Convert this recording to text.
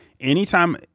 anytime –